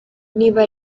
niba